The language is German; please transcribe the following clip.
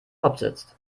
hauptsitz